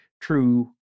true